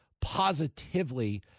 positively